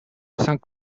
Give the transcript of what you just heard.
cinq